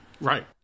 Right